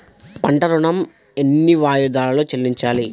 పంట ఋణం ఎన్ని వాయిదాలలో చెల్లించాలి?